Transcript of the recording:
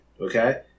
Okay